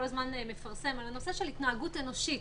הזמן מפרסם על הנושא של התנהגות אנושית,